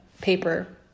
paper